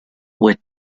with